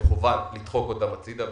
מכוון לדחוק אותם הצידה.